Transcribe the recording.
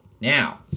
Now